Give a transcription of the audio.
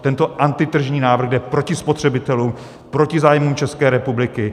Tento antitržní návrh jde proti spotřebitelům, proti zájmům České republiky.